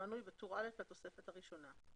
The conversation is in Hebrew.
המנוי בטור א' לתוספת הראשונה.